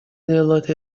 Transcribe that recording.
делать